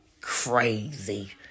Crazy